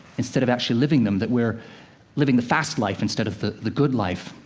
instead of actually living them that we're living the fast life, instead of the the good life.